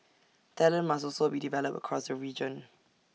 talent must also be developed across the region